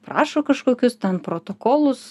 prašo kažkokius ten protokolus